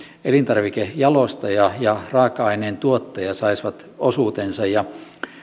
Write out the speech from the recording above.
elintarvikejalostaja ja raaka aineen tuottaja saisivat osuutensa